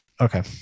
Okay